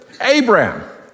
Abraham